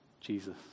Jesus